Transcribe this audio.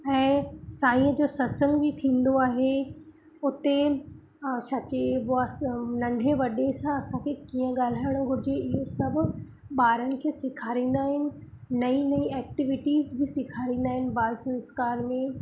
ऐं साईंअ जो सत्संग बि थींदो आहे उते छा चइबो आहे नंंढे वॾे सां असांखे कीअं ॻाल्हाइणो हुजे इहो सभु ॿारनि खे सेखारींदा आहिनि नई नई एक्टिविटीज़ बि सेखारींदा आहिनि बाल संस्कार में